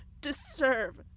deserve